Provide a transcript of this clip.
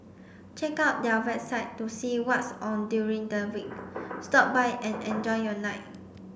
check out their website to see what's on during the week stop by and enjoy your night